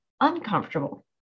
uncomfortable